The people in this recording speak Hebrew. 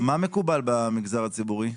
מה מקובל במגזר הציבורי?